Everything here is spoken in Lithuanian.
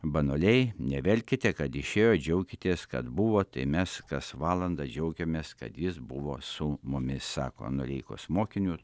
banaliai neverkite kad išėjo džiaukitės kad buvo tai mes kas valandą džiaugiamės kad jis buvo su mumis sako noreikos mokiniu